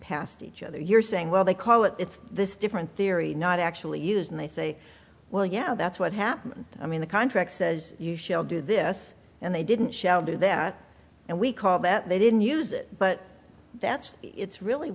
each other you're saying well they call it it's this different theory not actually use and they say well yeah that's what happened i mean the contract says you shall do this and they didn't do that and we call that they didn't use it but that's it's really